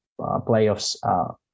playoffs